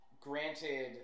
Granted